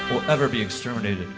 will ever be exterminated